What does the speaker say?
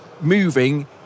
moving